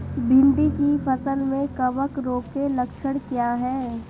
भिंडी की फसल में कवक रोग के लक्षण क्या है?